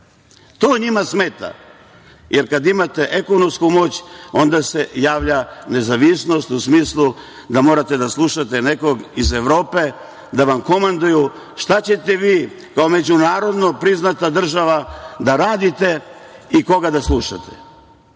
To njima smeta. Jer, kada imate ekonomsku moć, onda se javlja nezavisnost u smislu da morate da slušate nekoga iz Evrope da vam komanduje šta ćete vi kao međunarodni priznata država da radite i koga da slušate.